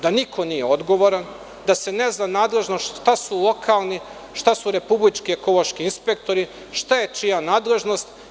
Da niko nije odgovoran, da se ne zna nadležnost, šta su lokalni, šta su republički ekološki inspektori, šta je čija nadležnost.